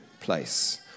place